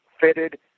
fitted